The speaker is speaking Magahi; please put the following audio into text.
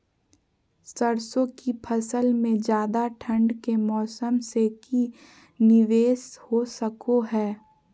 सरसों की फसल में ज्यादा ठंड के मौसम से की निवेस हो सको हय?